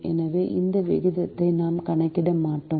எனவே இந்த விகிதத்தை நாம் கணக்கிட மாட்டோம்